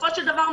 בסופו של דבר,